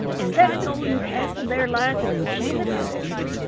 in that golden castle there lies an enchanted princess.